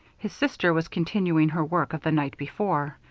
his sister was continuing her work of the night before,